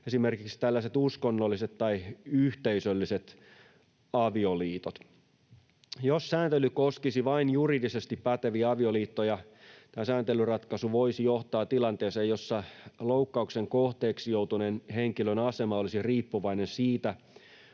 esimerkiksi tällaiset uskonnolliset tai yhteisölliset avioliitot. Jos sääntely koskisi vain juridisesti päteviä avioliittoja, tämä sääntelyratkaisu voisi johtaa tilanteeseen, jossa loukkauksen kohteeksi joutuneen henkilön asema olisi riippuvainen siitä